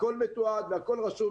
הכול מתועד והכול רשום.